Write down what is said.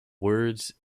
words